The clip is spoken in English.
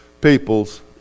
people's